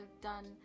done